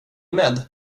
med